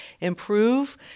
improve